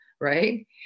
right